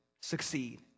succeed